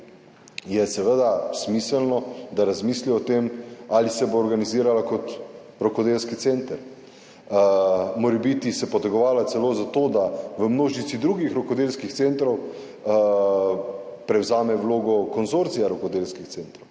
je seveda smiselno, da razmisli o tem ali se bo organizirala kot rokodelski center, morebiti se potegovala celo za to, da v množici drugih rokodelskih centrov prevzame vlogo konzorcija rokodelskih centrov